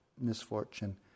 misfortune